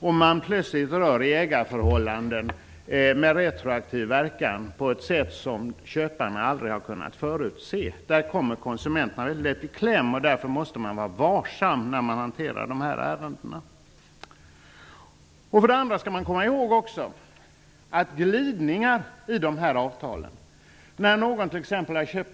Om man plötsligt rör i ägarförhållanden med retroaktiv verkan på ett sätt som köparen aldrig har kunnat förutse, kommer konsumenten lätt i kläm. Man måste därför vara varsam när man hanterar de här ärendena. Man skall också komma ihåg att glidningar i de här avtalen alltid är gynnsamma för de starka producentorganisationerna.